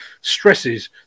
stresses